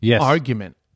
argument